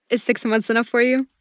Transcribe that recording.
is six months enough for you?